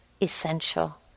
essential